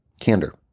Candor